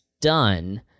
done